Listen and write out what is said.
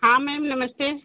हाँ मैम नमस्ते